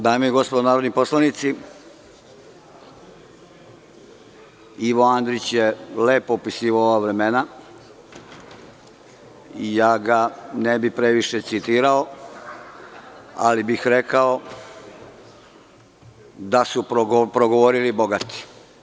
Dame i gospodo narodni poslanici, Ivo Andrić je lepo opisivao ova vremena i ne bih ga previše citirao, ali bih rekao da su progovorili bogati.